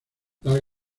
las